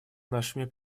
нашими